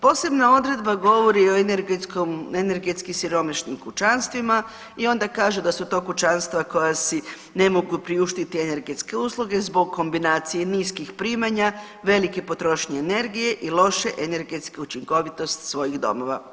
Posebna odredba govori o energetski siromašnim kućanstvima i onda kaže da su to kućanstva koja si ne mogu priuštiti energetske usluge zbog kombinacijske niskih primanja, velike potrošnje energije i loše energetske učinkovitosti svojih domova.